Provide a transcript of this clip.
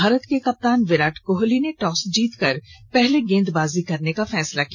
भारत के कप्तान विराट कोहली ने टॉस जीतकर पहले गेंदबाजी करने का फैसला किया